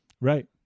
Right